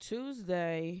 Tuesday